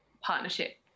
partnership